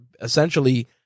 essentially